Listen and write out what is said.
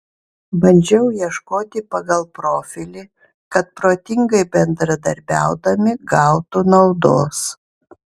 bandžiau ieškoti pagal profilį kad protingai bendradarbiaudami gautų naudos